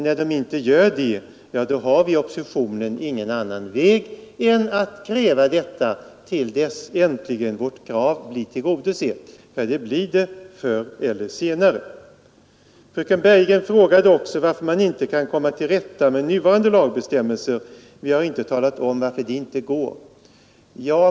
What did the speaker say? När den inte gör det, har oppositionen ingen annan väg än att kräva detta tills vårt krav äntligen blir tillgodosett — ty det blir det förr eller senare. Fröken Bergegren frågade också varför det inte går att komma till rätta med problemen med nuvarande lagbestämmelser, och hon sade att jag inte talat om varför det inte går.